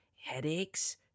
headaches